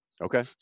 Okay